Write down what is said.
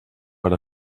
per